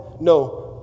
No